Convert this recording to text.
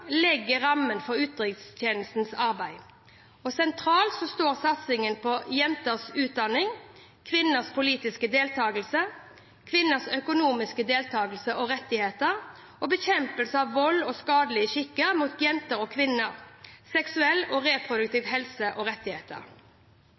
legger rammen for utenrikstjenestens arbeid. Sentralt står satsingen på jenters utdanning, kvinners politiske deltakelse, kvinners økonomiske deltakelse og rettigheter, bekjempelse av vold og skadelige skikker mot jenter og kvinner og seksuell og reproduktiv